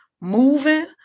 moving